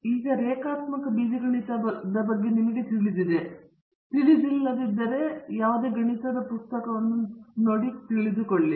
ಈಗ ರೇಖಾತ್ಮಕ ಬೀಜಗಣಿತದ ಬಗ್ಗೆ ನಿಮಗೆ ತಿಳಿದಿದ್ದರೆ ನಾನು ಹೇಳಬೇಕಾದದನ್ನು ನೀವು ಸುಲಭವಾಗಿ ಹೊಗಳುತ್ತೀರಿ